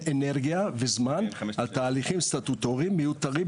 אנרגיה וזמן על תהליכים סטטוטוריים מיותרים,